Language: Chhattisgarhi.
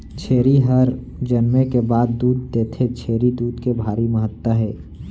छेरी हर जनमे के बाद दूद देथे, छेरी दूद के भारी महत्ता हे